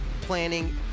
planning